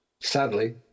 Sadly